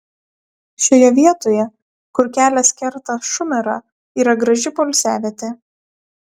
šioje vietoje kur kelias kerta šumerą yra graži poilsiavietė